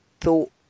thought